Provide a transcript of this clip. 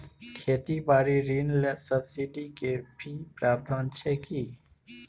खेती बारी ऋण ले सब्सिडी के भी प्रावधान छै कि?